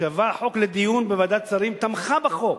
כשהובא החוק לדיון בוועדת שרים, תמכה בחוק,